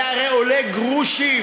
זה הרי עולה גרושים.